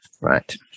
Right